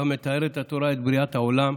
שבו מתארת התורה את בריאת העולם,